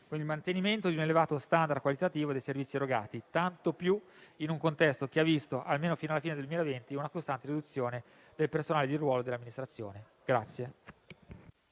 con il mantenimento di un elevato *standard* qualitativo dei servizi erogati, tanto più in un contesto che ha visto, almeno fino alla fine del 2020, una costante riduzione del personale di ruolo dell'Amministrazione.